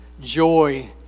joy